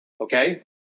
Okay